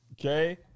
Okay